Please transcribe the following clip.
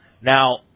Now